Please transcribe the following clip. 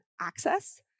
access